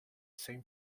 same